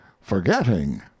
forgetting